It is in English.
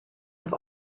have